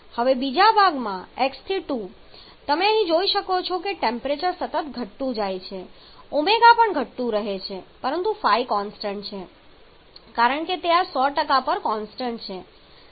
હવે બીજા ભાગમાં x થી 2 તમે અહીં જોઈ શકો છો કે ટેમ્પરેચર સતત ઘટતું જાય છે ω પણ સતત ઘટતું રહે છે પરંતુ ϕ કોન્સ્ટન્ટ રહે છે કારણ કે તે આ 100 પર કોન્સ્ટન્ટ છે